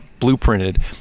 blueprinted